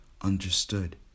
understood